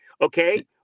Okay